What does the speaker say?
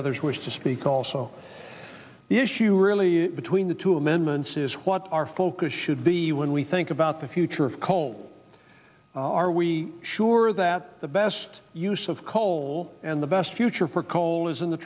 others wish to speak also the issue really between the two amendments is what our focus should be when we think about the future of coal are we sure that the best use of coal and the best future for coal is in the